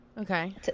Okay